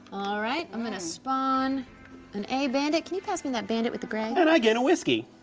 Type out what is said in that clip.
alright, i'm gonna spawn an a bandit, can you pass me that bandit with the gray? and i get a whiskey.